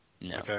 No